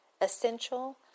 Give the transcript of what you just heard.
essential